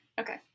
Okay